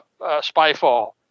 Spyfall